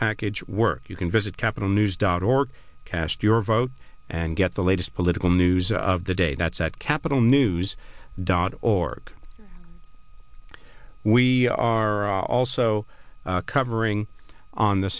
package work you can visit capitol news dot org cast your vote and get the latest political news of the day that's at capital news dot org we are also covering on the